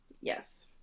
yes